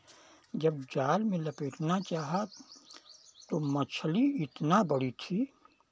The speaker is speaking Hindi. जब जाल में लपेटना चाहा तो मछली इतना बड़ी थी